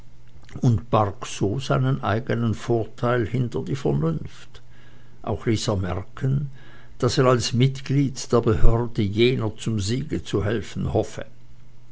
und barg so seinen eigenen vorteil hinter die vernunft auch ließ er merken daß er als mitglied der behörde jener zum siege zu verhelfen hoffe